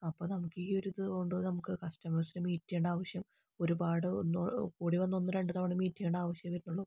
അപ്പോൾ നമുക്ക് ഈ ഒരു ഇതുകൊണ്ട് നമുക്ക് കസ്റ്റമേഴ്സിനെ മീറ്റ് ചെയ്യേണ്ട ആവശ്യം ഒരുപാട് ഒന്നും കൂടി വന്നാൽ ഒന്നോ രണ്ടോ മീറ്റ് ചെയ്യേണ്ട ആവശ്യമേ വരുന്നുള്ളു